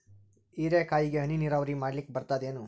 ಹೀರೆಕಾಯಿಗೆ ಹನಿ ನೀರಾವರಿ ಮಾಡ್ಲಿಕ್ ಬರ್ತದ ಏನು?